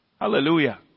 Hallelujah